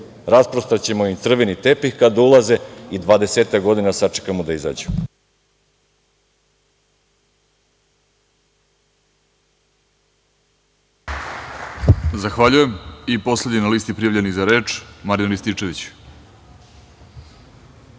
rasprostrećemo im crveni tepih kada ulaze i 20-ak godina da sačekamo da izađu.